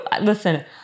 Listen